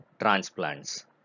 transplants